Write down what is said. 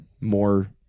more